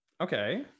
okay